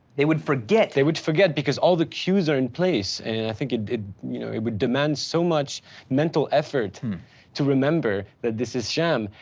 they would forget, they would forget because all the queues are in place. and i think it it you know would demand so much mental effort to remember that this is sham,